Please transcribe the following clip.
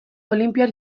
olinpiar